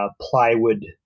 plywood